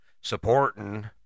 supporting